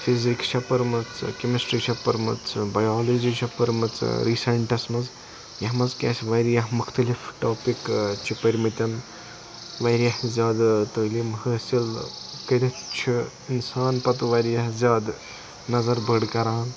physics چھِ پٔرمٕژ chemistry چھِ پٔرمٕژ بَیالاجی چھِ پٔرمٕژ ریٖسنٹَس مَنٛز یَتھ مَنٛز کہِ اَسہِ واریاہ مُختلِف ٹوپِک چھِ پٔرۍ مٕتۍ واریاہ زیادٕ تعلیٖم حٲصل کٔرِتھ چھِ اِنسان پَتہٕ واریاہ زیادٕ نَظر بٔڑ کَران